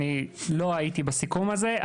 אני לא הייתי בסיכום הזה,